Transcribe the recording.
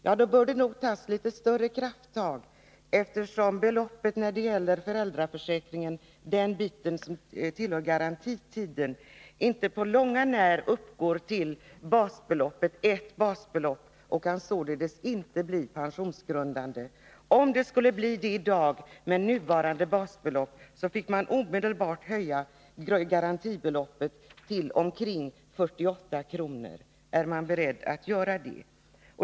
Ja, då bör det nog tas litet mera krafttag, eftersom beloppet inom föräldraförsäkringen när det gäller garantitiden inte på långt när uppgår till ett basbelopp och således inte kan bli pensionsgrundande. Om det skulle bli det i dag, med nuvarande basbelopp, så fick man omedelbart höja garantibeloppet till omkring 48 kr. Är man beredd att göra det?